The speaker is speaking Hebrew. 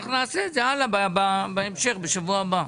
אנחנו נעשה את זה הלאה, בהמשך, בשבוע הבא.